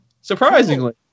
surprisingly